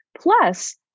Plus